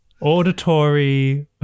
Auditory